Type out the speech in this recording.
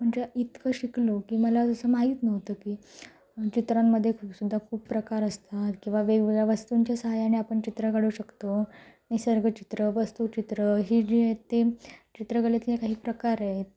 म्हणजे इतकं शिकलो की मला असं माहीत नव्हतं की चित्रांमध्ये सुद्धा खूप प्रकार असतात किंवा वेगवेगळ्या वस्तूंच्या सहाय्याने आपण चित्र काढू शकतो निसर्गचित्र वस्तूचित्र ही जी आहेत ते चित्रकलेतले काही प्रकार आहेत